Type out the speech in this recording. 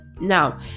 Now